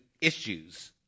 issues